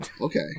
Okay